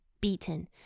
beaten